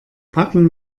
packen